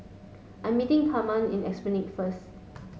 I'm meeting Kamren in Esplanade first